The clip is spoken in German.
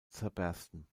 zerbersten